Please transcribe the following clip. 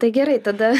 tai gerai tada